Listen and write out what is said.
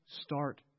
start